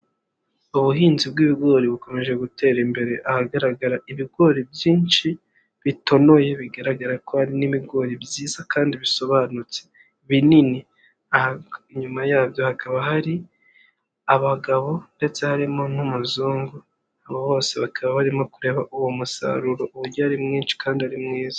Ubuhinzi bw'ibigori bukomeje gutera imbere, ahagaragara ibigori byinshi bitonoye, bigaragara ko hari n'ibigori byiza kandi bisobanutse, binini, inyuma yabyo hakaba hari abagabo ndetse harimo n'umuzungu, abo bose bakaba barimo kureba uwo musaruro uburyo ari mwinshi kandi ari mwiza.